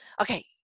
okay